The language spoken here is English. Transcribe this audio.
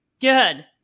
Good